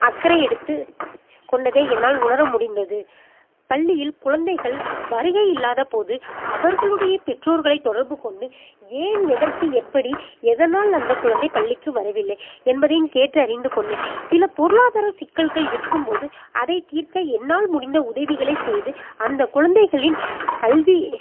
அக்கறை எடுத்துக் கொண்டதை என்னால் உணர முடிந்தது பள்ளியில் குழந்தைகள் வருகை இல்லாத போது அவர்களுடைய பெற்றோர்களைத் தொடர்பு கொண்டு ஏன் எதற்கு எப்படி எதனால் அந்தக் குழந்தை பள்ளிக்கு வரவில்லை என்பதையும் கேட்டு அறிந்து கொண்டேன் சில பொருளாதார சிக்கல்கள் இருக்கும் போது அதை தீர்க்க என்னால் முடிந்த உதவிகளைச் செய்து அந்த குழந்தைகளின் கல்வி